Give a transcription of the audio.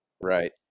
Right